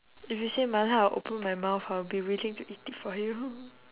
if you say mala I'll open my mouth I'll be waiting to eat it for you